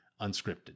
unscripted